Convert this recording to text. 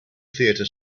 theatre